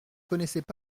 connaissaient